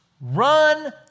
run